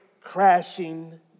crashing